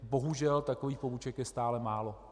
Bohužel, takových poboček je stále málo.